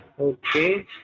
Okay